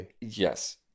yes